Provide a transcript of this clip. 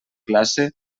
classe